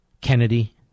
Kennedy